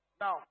Now